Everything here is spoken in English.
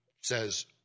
says